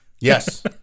Yes